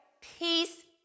peace